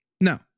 No